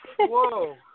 whoa